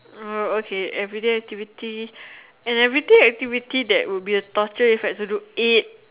oh okay everyday activity an everyday activity that would be a torture if I had to do eight